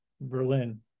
Berlin